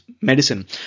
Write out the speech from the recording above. medicine